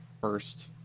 first